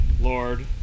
Lord